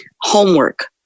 Homework